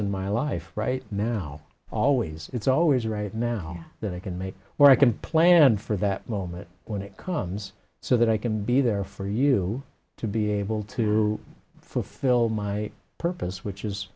in my life right now always it's always right now that i can make where i can plan for that moment when it comes so that i can be there for you to be able to fulfill my purpose which is